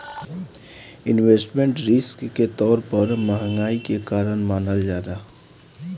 investment risk के तौर पर महंगाई के कारण मानल जाला